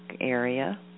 area